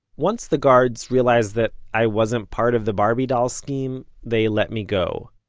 once the guards realized that i wasn't part of the barbie doll scheme, they let me go.